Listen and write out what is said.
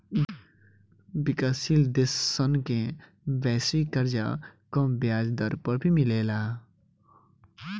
विकाशसील देश सन के वैश्विक कर्जा कम ब्याज दर पर भी मिलेला